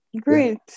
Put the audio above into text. Great